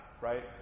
Right